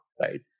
right